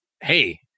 hey